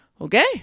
okay